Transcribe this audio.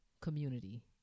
community